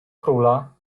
króla